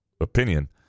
opinion